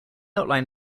outlined